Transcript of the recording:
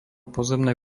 pozemné